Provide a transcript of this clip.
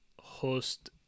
host